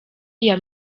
iya